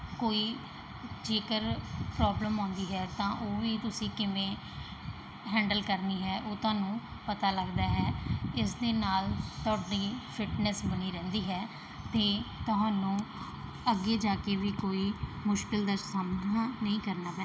ਕੋਈ ਜੇਕਰ ਪ੍ਰੋਬਲਮ ਆਉਂਦੀ ਹੈ ਤਾਂ ਉਹ ਵੀ ਤੁਸੀਂ ਕਿਵੇਂ ਹੈਂਡਲ ਕਰਨੀ ਹੈ ਉਹ ਤੁਹਾਨੂੰ ਪਤਾ ਲੱਗਦਾ ਹੈ ਇਸਦੇ ਨਾਲ ਤੁਹਾਡੀ ਫਿਟਨੈਸ ਬਣੀ ਰਹਿੰਦੀ ਹੈ ਅਤੇ ਤੁਹਾਨੂੰ ਅੱਗੇ ਜਾ ਕੇ ਵੀ ਕੋਈ ਮੁਸ਼ਕਿਲ ਦਾ ਸਾਹਮਣਾ ਨਹੀਂ ਕਰਨਾ ਪੈਂਦਾ